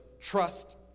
Trust